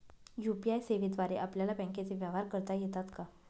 UPI सेवेद्वारे आपल्याला बँकचे व्यवहार करता येतात का?